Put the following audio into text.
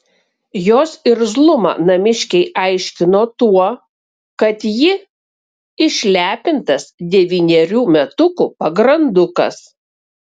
jos irzlumą namiškiai aiškino tuo kad ji išlepintas devynerių metukų pagrandukas